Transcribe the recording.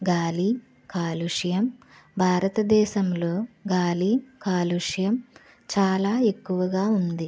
గాలి కాలుష్యం భారతదేశంలో గాలి కాలుష్యం చాలా ఎక్కువగా ఉంది